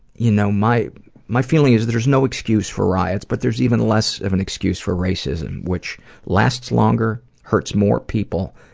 you know my my feeling is, there's no excuse for riots, but there's even less of an excuse for racism, which lasts longer, hurts more people,